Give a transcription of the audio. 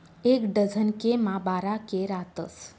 एक डझन के मा बारा के रातस